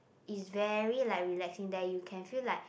is very like relaxing there you can feel like